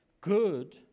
good